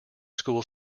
school